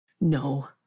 No